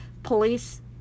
Police